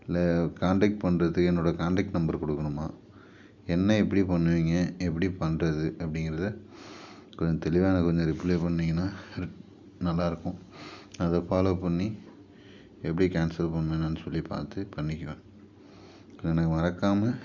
இல்லை காண்டெக்ட் பண்ணுறதுக்கு என்னோடய காண்டெக்ட் நம்பர் கொடுக்கணுமா என்ன எப்படி பண்ணுவீங்க எப்படி பண்றது அப்படிங்கறத கொஞ்சம் தெளிவாக எனக்கு கொஞ்சம் ரிப்ளை பண்ணீங்கன்னால் இது நல்லாயிருக்கும் அத ஃபாலோ பண்ணி எப்படி கேன்சல் பண்ணணும் என்னென்னு சொல்லி பார்த்து பண்ணிக்குவேன் எனக்கு மறக்காமல்